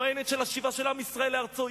עוינת של השיבה של עם ישראל לארצו,